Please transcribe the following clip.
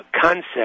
concept